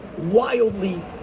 wildly